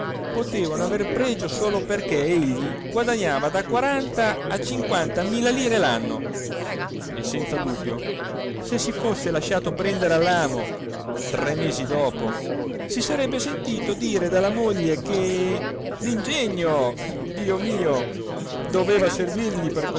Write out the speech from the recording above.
potevano aver pregio solo perché egli guadagnava da quaranta a cinquanta mila lire l'anno e senza dubbio se si fosse lasciato prendere all'amo tre mesi dopo si sarebbe sentito dire dalla moglie che l'ingegno dio mio doveva servirgli per